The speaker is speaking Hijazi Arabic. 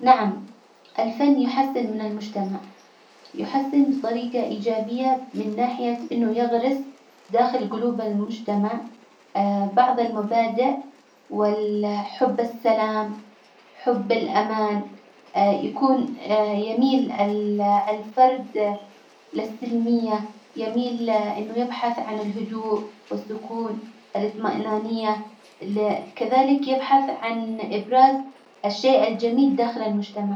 نعم الفن يحسن من المجتمع، يحسن بطريجة إيجابية من ناحية إنه يغرس داخل جلوب المجتمع بعض المبادئ، وال- حب السلام، حب الأمان يكون يميل الفرد للسلمية، يميل إنه يبحث عن الهدوء والسكون، الإطمئنانية، كذلك يبحث عن إبراز الشيء الجميل داخل المجتمع.